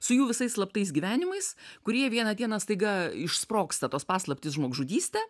su jų visais slaptais gyvenimais kurie vieną dieną staiga išsprogsta tos paslaptys žmogžudyste